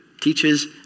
teaches